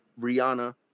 Rihanna